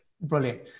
Brilliant